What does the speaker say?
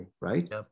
right